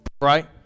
right